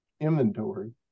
inventory